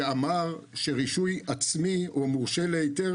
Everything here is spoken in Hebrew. שאמר שרישוי עצמי או מורשה להיתר